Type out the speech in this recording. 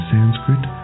Sanskrit